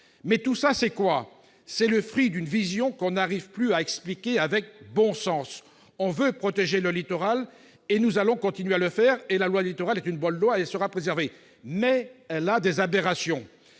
Mais tout cela, c'est quoi ? C'est le fruit d'une vision qu'on n'arrive plus à expliquer avec bon sens. On veut protéger le littoral, et nous allons continuer à le faire. La loi Littoral est une bonne loi et sera préservée, mais elle a des aberrations.